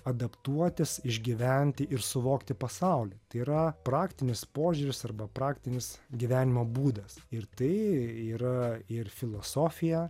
adaptuotis išgyventi ir suvokti pasaulį tai yra praktinis požiūris arba praktinis gyvenimo būdas ir tai yra ir filosofija